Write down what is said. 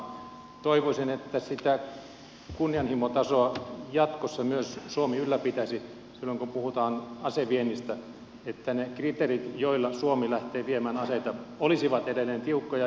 toivoisin että sitä kunnianhimotasoa jatkossa suomi ylläpitäisi myös silloin kun puhutaan aseviennistä jotta ne kriteerit joilla suomi lähtee viemään aseita olisivat edelleen tiukkoja